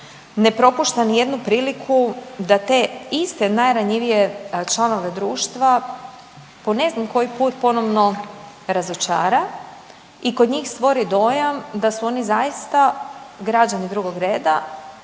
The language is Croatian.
ne propušta ni jednu priliku da te iste najranjivije članove društva po ne znam koji put ponovno razočara i kod njih stvori dojam da su oni zaista građani drugog reda